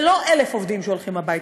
זה לא 1,000 עובדים שהולכים הביתה,